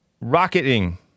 rocketing